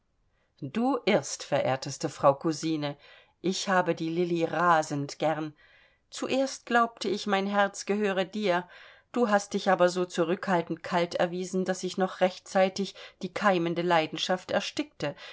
du irrst verehrteste frau cousine ich habe die lilli rasend gern zuerst glaubte ich mein herz gehöre dir du hast dich aber so zurückhaltend kalt erwiesen daß ich noch rechtzeitig die keimende leidenschaft erstickte